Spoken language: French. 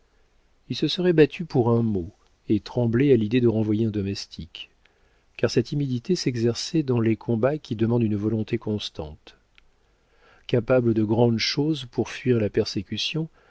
il se serait battu pour un mot et tremblait à l'idée de renvoyer un domestique car sa timidité s'exerçait dans les combats qui demandent une volonté constante capable de grandes choses pour fuir la persécution